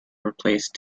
replaced